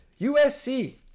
USC